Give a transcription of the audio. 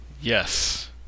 Yes